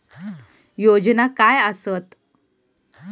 योजना काय आसत?